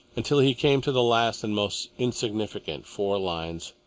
until he came to the last and most insignificant. four lines,